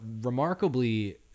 remarkably